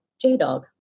J-Dog